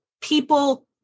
people